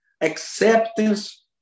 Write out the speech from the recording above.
acceptance